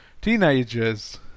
teenagers